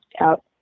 out